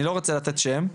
אני לא רוצה לתת שם,